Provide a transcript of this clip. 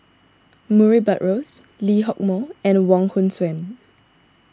Murray Buttrose Lee Hock Moh and Wong Hong Suen